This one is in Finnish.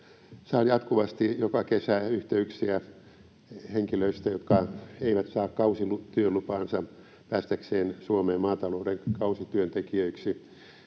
Saan jatkuvasti, joka kesä, yhteyksiä henkilöistä, jotka eivät saa kausityölupaansa päästäkseen Suomeen maatalouden kausityöntekijöiksi.